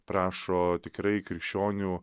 prašo tikrai krikščionių